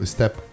Step